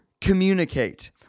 communicate